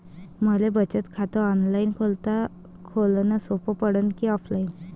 मले बचत खात ऑनलाईन खोलन सोपं पडन की ऑफलाईन?